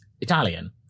Italian